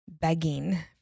begging